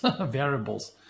variables